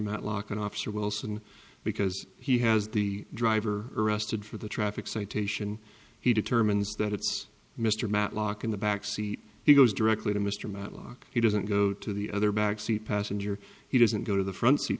matlock and officer wilson because he has the driver arrested for the traffic citation he determines that it's mr matlock in the back seat he goes directly to mr matlock he doesn't go to the other back seat passenger he doesn't go to the front seat